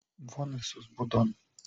von visus būdon